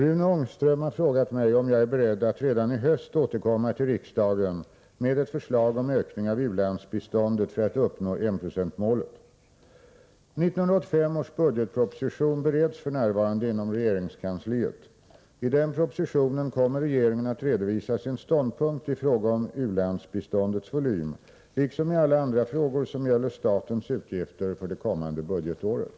En starkt negativ opinion, inom framför allt ideella och kyrkliga organisationer, har rests mot regeringens beslut att skära ned biståndet till uländerna. Nu har också den socialdemokratiska kongressen anslutit sig till folkpartiets ståndpunkt om en återgång till enprocentsmålet. Är statsrådet beredd att redan i höst komma till riksdagen med ett förslag om ökning av u-landsbiståndet för att uppnå enprocentsmålet?